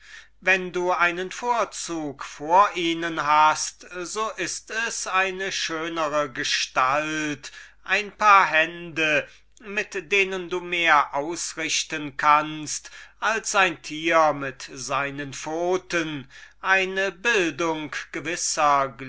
wenn du einen vorzug vor ihnen hast so ist es eine schönere gestalt ein paar hände mit denen du mehr ausrichten kannst als ein tier mit seinen pfoten eine bildung gewisser